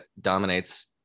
dominates